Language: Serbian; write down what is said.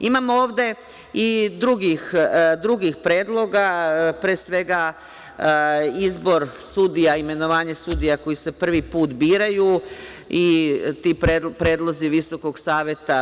Imam ovde i drugih predloga, pre svega izbor sudija, imenovanje sudija koji se prvi put biraju i ti predlozi VSS.